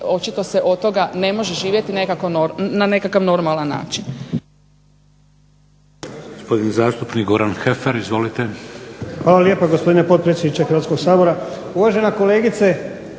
očito se od toga ne može živjeti na nekakav normalan način.